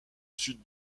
sud